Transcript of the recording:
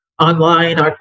online